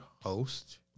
host